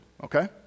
Okay